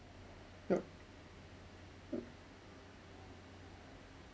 yup